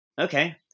Okay